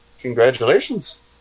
Congratulations